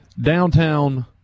downtown